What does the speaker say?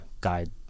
guide